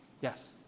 yes